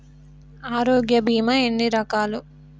ఆరోగ్య బీమా ఎన్ని రకాలు?